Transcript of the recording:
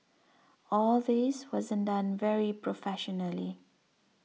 all this wasn't done very professionally